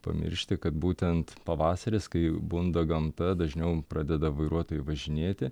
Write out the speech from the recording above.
pamiršti kad būtent pavasaris kai bunda gamta dažniau pradeda vairuotojai važinėti